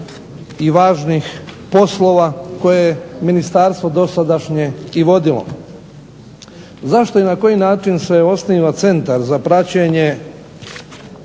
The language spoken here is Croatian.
i važnih poslova koje je ministarstvo dosadašnje i vodilo. Zašto i na koji način se osniva Centar za praćenje